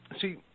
see